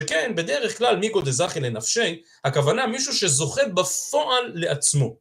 וכן, בדרך כלל מי גודל זכי לנפשי, הכוונה מישהו שזוכה בפועל לעצמו.